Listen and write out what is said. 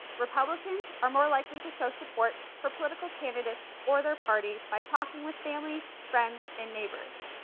republicans are more likely to show support for political candidates or their parties by talking with families, friends, and neighbors.